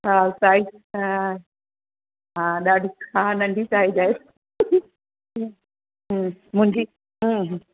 size हा हा ॾाढी हा नंढी साइज आहे मुंहिंजी